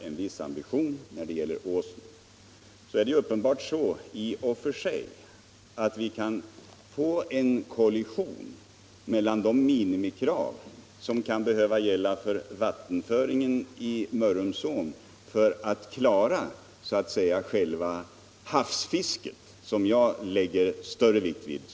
En viss ambitionsnivå när det gäller vattennivån i Åsnen kan naturligtvis komma i kollision med minimikraven för vattenföringen i Mörrumsån med hänsyn tagen till havsfisket, som jag också lägger stor vikt vid.